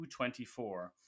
2.24